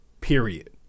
period